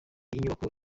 inyubako